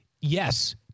yes